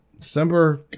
December